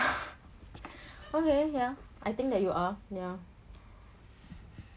okay ya I think that you are ya